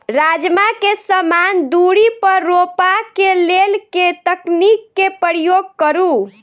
राजमा केँ समान दूरी पर रोपा केँ लेल केँ तकनीक केँ प्रयोग करू?